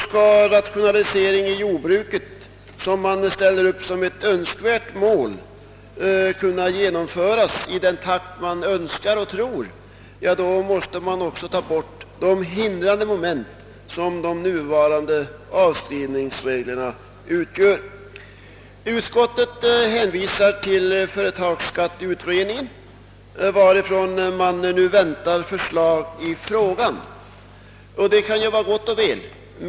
Om rationalisering inom jordbruket som man ställer upp som ett önskvärt mål skall kunna genomföras i den takt man önskar och tror vara möjlig måste man också ta bort de hindrande moment som de nuvarande avskrivningsreglerna utgör. Utskottet hänvisar till företagsskatteutredningen, varifrån man nu väntar förslag i frågan. Det är naturligtvis gott och väl att den utredningen arbetar.